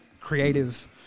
creative